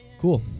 Cool